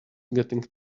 getting